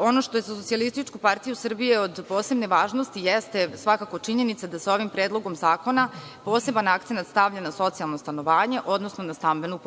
Ono što je za SPS od posebne važnosti, jeste svakako činjenica da se ovim predlogom zakona poseban akcenat stavi na socijalno stanovanje, odnosno na stambenu